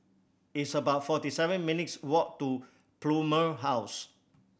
it's about forty seven minutes' walk to Plumer House